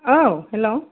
औ हेलौ